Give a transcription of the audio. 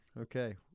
Okay